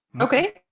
Okay